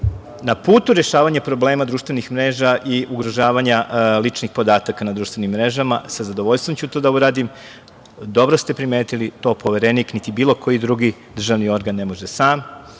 na putu rešavanja problema društvenih mreža i ugrožavanja ličnih podataka na društvenim mrežama. Sa zadovoljstvom ću to da uradim. Dobro ste primetili, to poverenik niti bilo koji drugi državni organ ne može